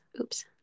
Oops